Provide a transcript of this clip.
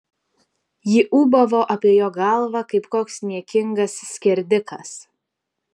ji ūbavo apie jo galvą kaip koks niekingas skerdikas